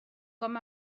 com